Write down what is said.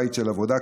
בית של עבודה קשה,